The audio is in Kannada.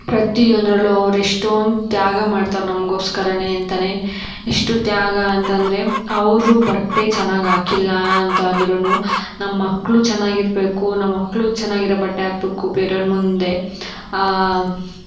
ಪ್ರತಿಯೊಂದರಲ್ಲೂ ಅವ್ರು ಎಷ್ಟೊಂದು ತ್ಯಾಗ ಮಾಡ್ತಾರೆ ನಮ್ಗೋಸ್ಕರವೇ ಅಂತಲೇ ಎಷ್ಟು ತ್ಯಾಗ ಅಂತಂದರೆ ಅವರು ಬಟ್ಟೆ ಚೆನ್ನಾಗಿ ಹಾಕಿಲ್ಲ ಅಂತ ಅಂದ್ರೂ ನಮ್ಮ ಮಕ್ಕಳು ಚೆನ್ನಾಗಿರ್ಬೇಕು ನಮ್ಮ ಮಕ್ಕಳು ಚೆನ್ನಾಗಿರ ಬಟ್ಟೆ ಹಾಕ್ಬೇಕು ಬೇರೋರ ಮುಂದೆ